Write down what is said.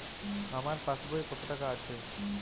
আমার পাসবই এ কত টাকা আছে?